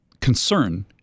concern